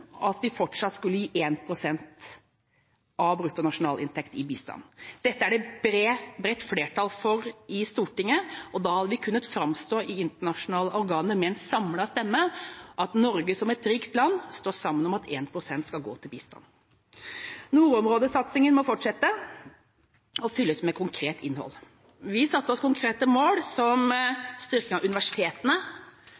at vi fortsatt skal gi 1 pst. av bruttonasjonalinntekten i bistand. Dette er det bredt flertall for i Stortinget. Da hadde vi kunnet framstå med en samlet stemme i internasjonal organer: at Norge som et rikt land står sammen om at 1 pst. skal gå til bistand. Nordområdesatsinga må fortsette og fylles med konkret innhold. Vi satte oss konkrete mål som